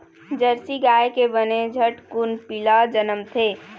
Jersey गाय के बने झटकुन पिला जनमथे